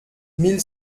mille